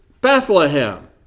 Bethlehem